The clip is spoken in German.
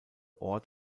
ort